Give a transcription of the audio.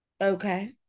Okay